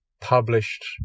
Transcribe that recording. published